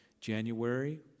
January